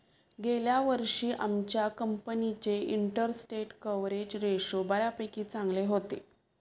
गेल्या वर्षी आमच्या कंपनीचे इंटरस्टेट कव्हरेज रेशो बऱ्यापैकी चांगले होते